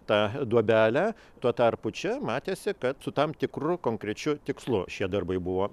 tą duobelę tuo tarpu čia matėsi kad su tam tikru konkrečiu tikslu šie darbai buvo